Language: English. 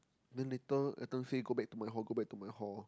then later Adam say go back to my hall go back to my hall